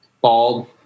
Bald